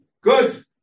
good